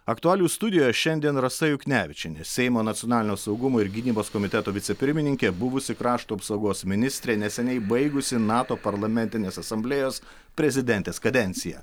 aktualijų studijoje šiandien rasa juknevičienė seimo nacionalinio saugumo ir gynybos komiteto vicepirmininkė buvusi krašto apsaugos ministrė neseniai baigusi nato parlamentinės asamblėjos prezidentės kadenciją